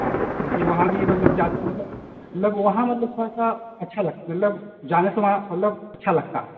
हाँ क्योंकि वहाँ भी मतलब जाते हैं मतलब मतलब वहाँ मतलब थोड़ा सा अच्छा लगता है मतलब जाने से वहाँ मतलब अच्छा लगता है